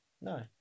no